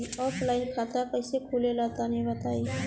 Offline खाता कइसे खुले ला तनि बताई?